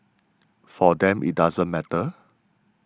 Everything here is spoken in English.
for them it doesn't matter